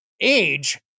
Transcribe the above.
age